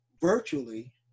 virtually